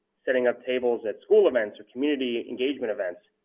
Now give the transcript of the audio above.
setting up tables at school events or community engagement events,